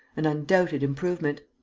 an undoubted improvement.